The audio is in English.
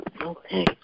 Okay